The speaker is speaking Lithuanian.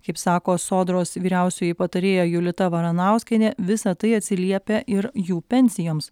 kaip sako sodros vyriausioji patarėja julita varanauskienė visa tai atsiliepia ir jų pensijoms